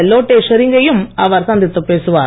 லோட்டே ஷெரிங் யையும் அவர் சந்தித்துப் பேசுவார்